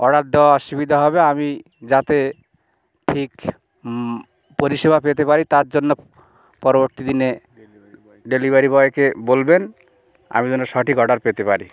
order দেওয়া অসুবিধা হবে আমি যাতে ঠিক পরিষেবা পেতে পারি তার জন্য পরবর্তী দিনে ডেলিভারি বয়কে বলবেন আমি যেন সঠিক অর্ডার পেতে পারি